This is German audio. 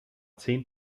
zehn